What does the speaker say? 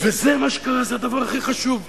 וזה מה שקרה, זה הדבר הכי חשוב.